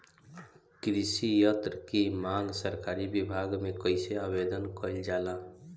कृषि यत्र की मांग सरकरी विभाग में कइसे आवेदन कइल जाला?